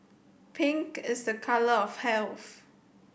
pink is a colour of health